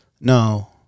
No